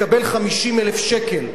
לקבל 50,000 שקל.